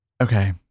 Okay